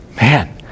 Man